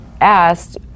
asked